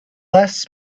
less